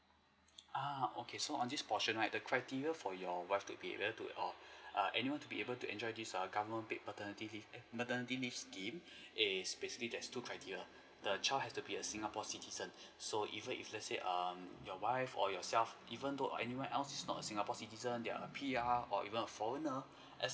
uh okay so on this portion right the criteria for your wife to be able to err anyone to be able to enjoy this err government paid paternity leave eh maternity leave scheme is basically there's two criteria the child has to be a singapore citizen so even if let's say err your wife or yourself eventhough anyone else is not a singapore citizen they are P_R or even a foreigner